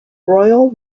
royal